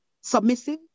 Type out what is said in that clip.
submissive